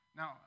now